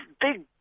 big